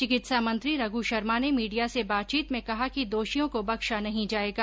चिकित्सा मंत्री रधु शर्मा ने मीडिया से बातचीत में कहा कि दोषियों को बख्शा नहीं जायेगा